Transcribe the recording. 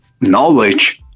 knowledge